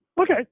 Okay